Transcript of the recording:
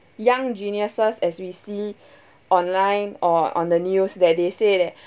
young geniuses as we see online or on the news that they say that